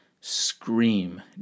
Scream